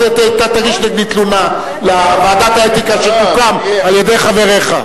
אז אתה תגיש נגדי תלונה לוועדת האתיקה שתוקם על-ידי חבריך.